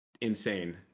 insane